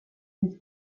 finns